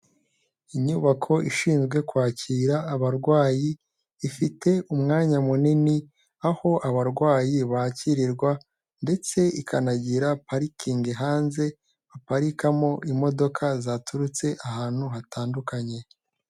Inyubako ishinzwe kwakira abarwayi ifite umwanya munini aho abarwayi bakirirwa, ndetse ikanagira parikingi hanze baparikamo imodoka zaturutse ahantu hatandukanye.